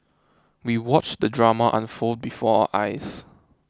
we watched the drama unfold before eyes